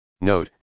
Note